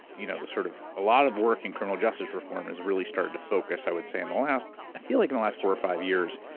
you know sort of lot of working criminal justice reform, is really starting to focus, i would say in the last, i feel like in the last four or five years,